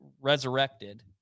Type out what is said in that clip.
resurrected